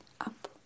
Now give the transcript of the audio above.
up